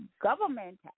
government